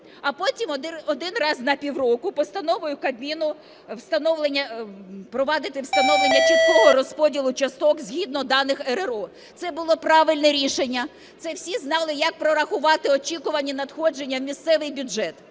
А потім один раз на пів року постановою Кабміну впровадити встановлення чіткого розподілу часток згідно даних РРО. Це було правильне рішення, це всі знали, як прорахувати очікувані надходження в місцевий бюджет.